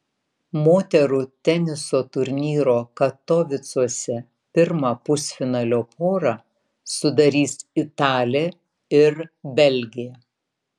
moterų teniso turnyro katovicuose pirmą pusfinalio porą sudarys italė ir belgė